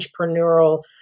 entrepreneurial